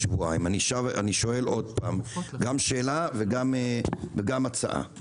בשבועיים, שוב אני שואל שאלה והצעה.